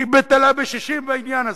שהיא בטלה בשישים בעניין הזה,